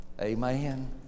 Amen